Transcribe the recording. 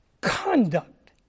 Conduct